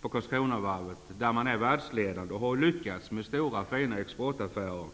på Karlskronavarvet i dag, där man är världsledande och har lyckats med stora, fina exportaffärer.